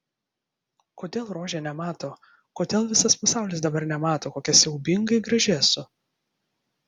kodėl rožė nemato kodėl visas pasaulis dabar nemato kokia siaubingai graži esu